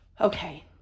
okay